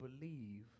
believe